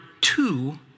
two